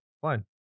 fine